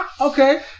Okay